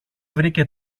βρήκε